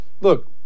Look